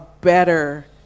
better